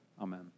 Amen